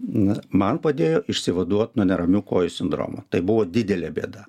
na man padėjo išsivaduot nuo neramių kojų sindromo tai buvo didelė bėda